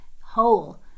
whole